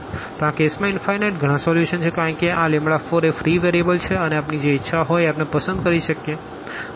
તો આ કેસ માં ઇનફાઈનાઈટ ગણા સોલ્યુશન છે કારણ કે આ 4એ ફ્રી વેરીએબલ છે અને આપણી જે ઈચ્છા હોઈ એ આપણે પસંદ કરી શકીએ